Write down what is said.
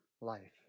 life